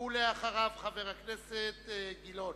ואחריו, חבר הכנסת גילאון.